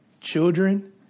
children